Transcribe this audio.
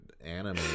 anime